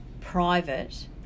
private